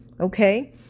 okay